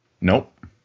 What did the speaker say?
Nope